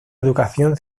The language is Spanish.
educación